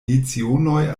lecionoj